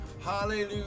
Hallelujah